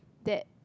that